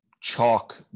chalk